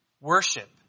worship